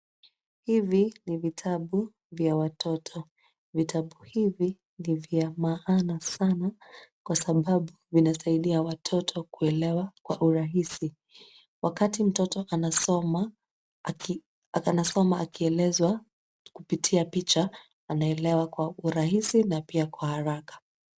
Hivi ni vitabu vya watoto. Vitabu hivi ni vya maana sana kwa sababu vinasaidia watoto kuelewa kwa urahisi . Wakati mtoto anasoma akielezwa kupitia picha, anaelewa kwa urahisi na pia kwa haraka.